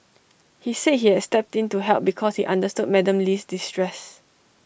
he said he had stepped in to help because he understood Madam Lee's distress